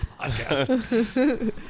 podcast